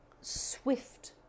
swift